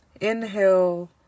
inhale